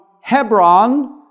Hebron